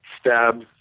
stab